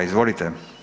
Izvolite.